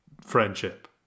Friendship